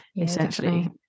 essentially